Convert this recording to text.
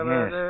Yes